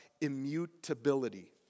immutability